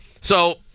So-